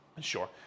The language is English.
sure